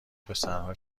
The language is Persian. پسرها